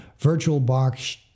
VirtualBox